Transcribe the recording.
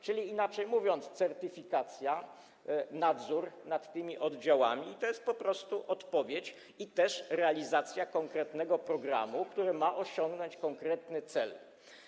Czyli inaczej mówiąc, certyfikacja, nadzór nad tymi oddziałami i to jest po prostu odpowiedź i realizacja konkretnego programu, który ma służyć osiągnięciu konkretnego celu.